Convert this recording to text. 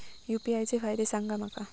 UPI चे फायदे सांगा माका?